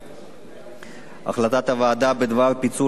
הוועדה בדבר פיצול הצעת חוק התקשורת (בזק